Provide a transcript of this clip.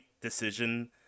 decision